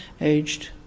aged